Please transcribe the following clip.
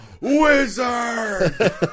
wizard